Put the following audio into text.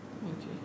okay